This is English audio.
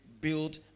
build